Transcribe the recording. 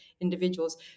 individuals